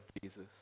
Jesus